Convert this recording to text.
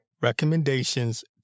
recommendations